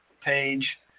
page